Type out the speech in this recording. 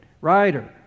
writer